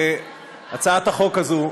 הצעת החוק הזאת,